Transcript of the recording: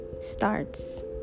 starts